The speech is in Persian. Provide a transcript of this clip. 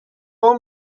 اون